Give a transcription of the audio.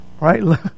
Right